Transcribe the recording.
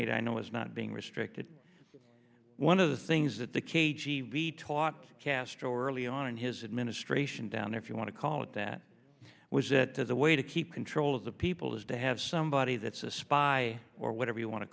aid i know is not being restricted one of the things that the k g b taught castro early on in his administration down if you want to call it that was that the way to keep control of the people is to have somebody that's a spy or whatever you want to